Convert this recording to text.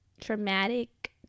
traumatic